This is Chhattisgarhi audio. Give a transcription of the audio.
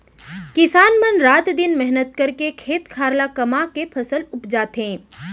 किसान मन रात दिन मेहनत करके खेत खार ल कमाके फसल उपजाथें